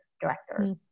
director